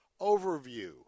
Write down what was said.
overview